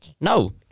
no